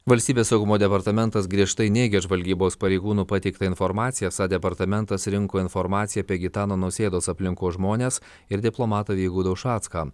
valstybės saugumo departamentas griežtai neigia žvalgybos pareigūnų pateiktą informaciją esą departamentas rinko informaciją apie gitano nausėdos aplinkos žmones ir diplomatą vygaudą ušacką